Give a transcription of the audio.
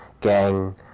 gang